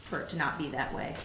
for it to not be that way